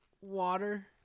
water